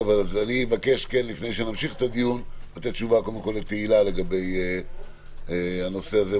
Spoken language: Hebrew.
אבקש לפני שנמשיך את הדיון לתת תשובה קודם כול לתהלה לגבי הנושא הזה,